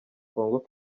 congo